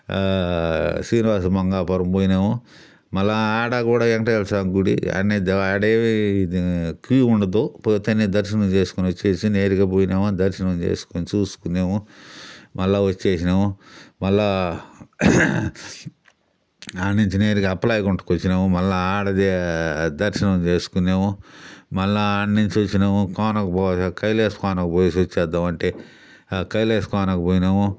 శ్రీనివాస మంగాపురం పోయినాము మళ్ళా ఆడ కూడా వెంకటేశ్వర స్వామి గుడి అన్ని క్యూ ఉండదు పోతూనే దర్శనం చేసుకొని వచ్చేసి నేరుగా పోయినామా దర్శనం చేసుకొని చూసుకున్నాము మళ్ళా వచ్చేసినాము మళ్ళా ఆడ నుంచి నేరుగా అప్పలాయ గుంటకు వచ్చినాము మళ్ళా ఆడ దర్శనం చేసుకున్నాము మళ్ళా ఆడనుంచి వచ్చినాము కోనక పోదాం కైలాస కోన పోయేసి వచ్చేద్దాము అంటే కైలాస కోనకు పోయినాము